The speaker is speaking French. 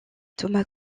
thomas